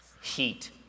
heat